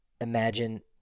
imagine